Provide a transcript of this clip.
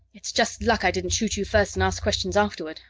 it's just luck i didn't shoot you first and ask questions afterward.